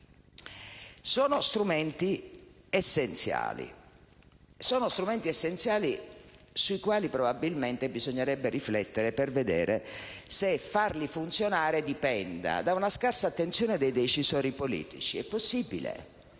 Sono strumenti essenziali, sui quali probabilmente bisognerebbe riflettere, per vedere se farli funzionare dipenda anche da una scarsa attenzione dei decisori politici. È possibile.